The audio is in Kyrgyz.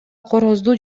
корозду